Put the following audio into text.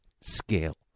scale